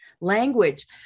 language